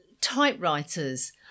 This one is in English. Typewriters